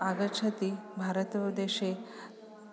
आगच्छति भारतदेशे